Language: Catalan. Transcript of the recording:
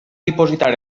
dipositar